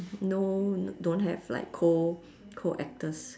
no don't have like co~ co-actors